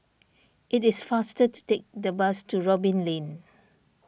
it is faster to take the bus to Robin Lane